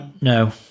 No